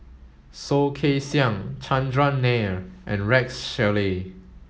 Soh Kay Siang Chandran Nair and Rex Shelley